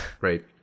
right